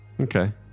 Okay